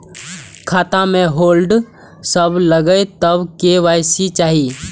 खाता में होल्ड सब लगे तब के.वाई.सी चाहि?